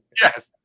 Yes